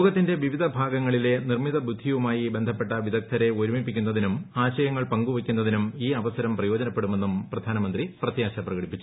ലോകത്തിന്റെ വിവിധ ഭാഗങ്ങളിലെ നിർമ്മിതബുദ്ധിയുമായി ബ്ലൂന്ധപ്പെട്ട വിദഗ്ദ്ധരെ ഒരുമിപ്പിക്കുന്നതിനും ആശയങ്ങൾ പങ്കുപ്പയ്ക്കുന്നതിനും ഈ അവസരം പ്രയോജനപ്പെടുമെന്നും പ്രിയ്യാന്മന്ത്രി പ്രത്യാശ പ്രകടിപ്പിച്ചു